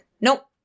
nope